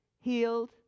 healed